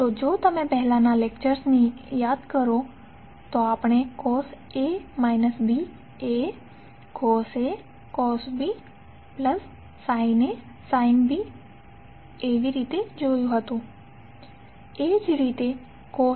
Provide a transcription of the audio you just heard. તો જો તમે પહેલાનાં લેકચર્સને યાદ કરો તો આપણે Cos એ cos A cos B Sin A SinB સિવાય કંઈ નથી